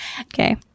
okay